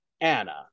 Anna